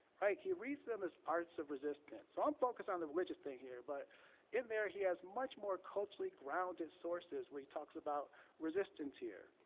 right? he reads them as arts of resistance. so i'm focused on the religious thing here, but in there, he has much more culturally grounded sources when he talks about resistance here.